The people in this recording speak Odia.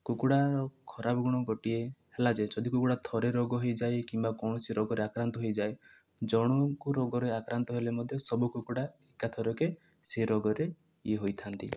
କୁକୁଡ଼ା ଖରାପ ଗୁଣ ଗୋଟିଏ ହେଲା ଯେ ଯଦି କୁକୁଡ଼ା ଥରେ ରୋଗ ହେଇଯାଏ କିମ୍ବା କୌଣସି ରୋଗରେ ଆକ୍ରାନ୍ତ ହେଇଯାଏ ଜଣଙ୍କୁ ରୋଗରେ ଆକ୍ରାନ୍ତ ହେଲେ ମଧ୍ୟ ସବୁ କୁକୁଡ଼ା ଏକାଥରକେ ସେ ରୋଗରେ ଇଏ ହୋଇଥାନ୍ତି